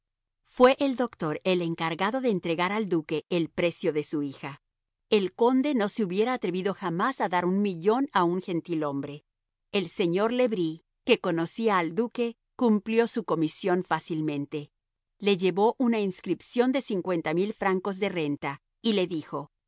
fue el doctor el encargado de entregar al duque el precio de su hija el conde no se hubiera atrevido jamás a dar un millón a un gentilhombre el señor le bris que conocía al duque cumplió su comisión fácilmente le llevó una inscripción de cincuenta mil francos de renta y le dijo